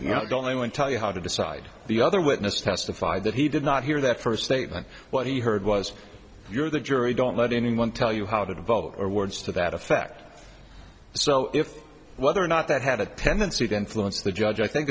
not only one tell you how to decide the other witness testified that he did not hear that first statement what he heard was you're the jury don't let anyone tell you how to vote or words to that effect so if whether or not that had a tendency to influence the judge i think